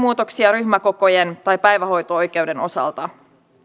muutoksia ryhmäkokojen tai päivähoito oikeuden osalta